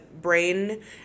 brain